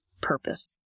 purpose